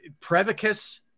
Prevacus